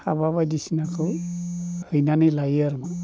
हाबा बायदिसिनाखौ हैनानै लायो आरोमा